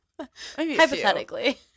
hypothetically